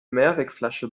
mehrwegflasche